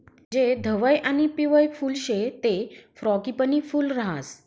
जे धवयं आणि पिवयं फुल शे ते फ्रॉगीपनी फूल राहास